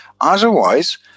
Otherwise